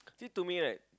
to me right